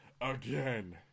AGAIN